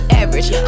average